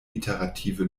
iterative